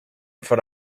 for